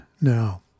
Now